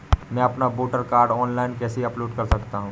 मैं अपना voter card online कैसे अपलोड कर सकता हूँ?